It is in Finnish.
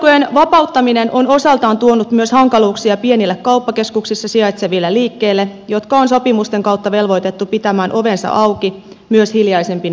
aukioloaikojen vapauttaminen on osaltaan tuonut myös hankaluuksia pienille kauppakeskuksissa sijaitseville liikkeille jotka on sopimusten kautta velvoitettu pitämään ovensa auki myös hiljaisempina aikoina